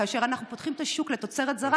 כאשר אנחנו פותחים את השוק לתוצרת זרה,